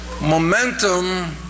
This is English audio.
Momentum